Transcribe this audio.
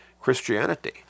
Christianity